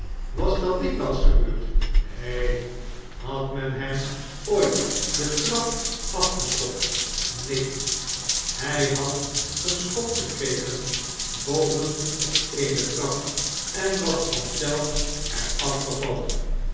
was dat dikwn'ls gebeurd neen had men hem ooit de trap afgeschopt neen hy had een schop gekregen boven op eene trap en was vanzelf er afgevallen